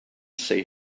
see